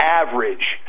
average